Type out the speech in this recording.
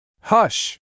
Hush